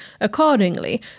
accordingly